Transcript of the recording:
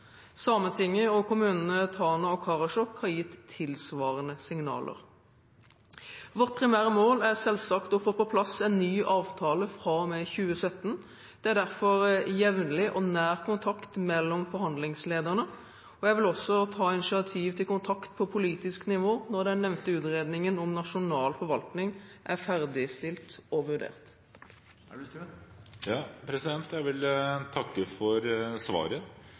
Sametinget og kommunene Tana og Karasjok har gitt tilsvarende signaler. Vårt primære mål er selvsagt å få på plass en ny avtale fra og med 2017. Det er derfor jevnlig og nær kontakt mellom forhandlingslederne. Jeg vil også ta initiativ til kontakt på politisk nivå når den nevnte utredningen om nasjonal forvaltning er ferdigstilt og vurdert. Jeg vil takke for svaret